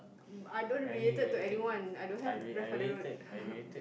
I don't related to anyone I don't have grandfather road